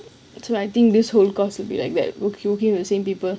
so I think this whole course will be like that working with the same people